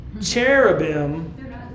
Cherubim